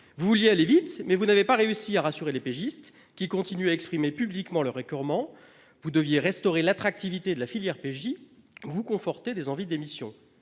vous vouliez aller vite. Mais vous n'avez pas réussi à rassurer les péquistes qui continuent à exprimer publiquement leur écoeurement. Vous deviez restaurer l'attractivité de la filière PJ vous conforter des envies d'émission.